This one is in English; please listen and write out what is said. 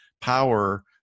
power